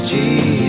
Jesus